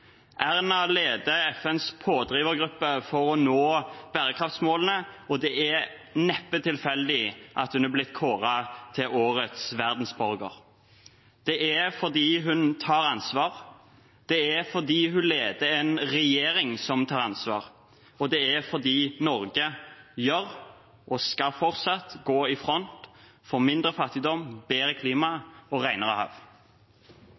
Erna Solberg leder FNs pådrivergruppe for å nå bærekraftsmålene, og det er neppe tilfeldig at hun er blitt kåret til årets verdensborger. Det er fordi hun tar ansvar, det er fordi hun leder en regjering som tar ansvar, og det er fordi Norge går – og skal fortsatt gå – i front for mindre fattigdom, bedre klima og renere hav.